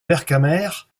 vercamer